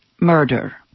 murder